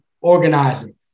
organizing